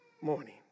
morning